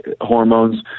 hormones